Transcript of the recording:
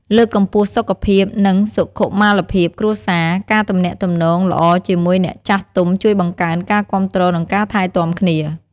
លើកកម្ពស់សុខភាព និងសុខុមាលភាពគ្រួសារ ការទំនាក់ទំនងល្អជាមួយអ្នកចាស់ទុំជួយបង្កើនការគាំទ្រនិងការថែទាំគ្នា។